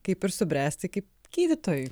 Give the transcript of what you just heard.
kaip ir subręsti kaip gydytojui